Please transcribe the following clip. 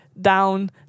down